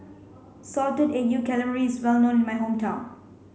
salted egg yolk calamari is well known in my hometown